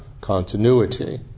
continuity